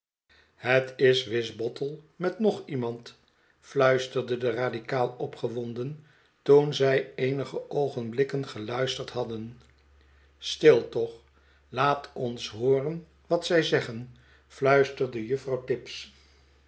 het is wisbottle met nogiemand fluisterde de radikaal opgewonden toen zij eenige oogenblikken geluisterd hadden stil toch laat ons hooren wat zij zeggen fluisterde juffrouw tibbs